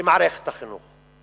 למערכת החינוך.